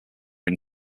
own